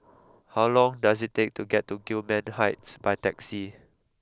how long does it take to get to Gillman Heights by taxi